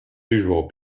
usual